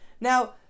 Now